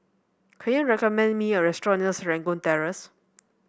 can you recommend me a restaurant near Serangoon Terrace